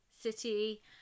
city